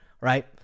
right